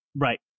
Right